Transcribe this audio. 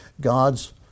God's